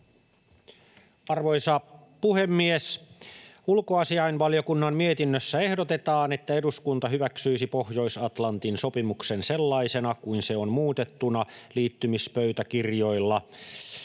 herra puhemies! Hallituksen esityksessähän tosiaan ehdotetaan, että eduskunta hyväksyy Pohjois-Atlantin sopimuksen sellaisena kuin se on muutettuna liittymispöytäkirjoilla,